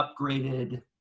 upgraded